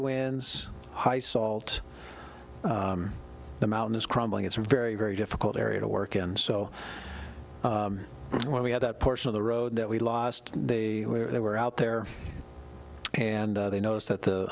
winds high salt the mountain is crumbling it's a very very difficult area to work in so when we had that portion of the road that we lost they were they were out there and they noticed that the